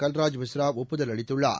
கல்ராஜ் மிஸ்ரா ஒப்புதல் அளித்துள்ளார்